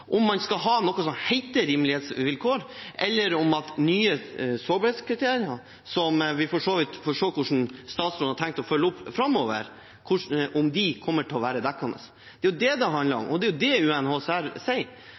om man skal ha noe som heter rimelighetsvilkår, eller om nye sårbarhetskriterer, som vi for så vidt får se hvordan statsråden har tenkt å følge opp framover, kommer til å være dekkende. Det er det det handler om, og det er det UNHCR sier.